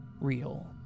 real